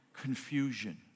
confusion